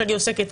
שאני עוסקת בו,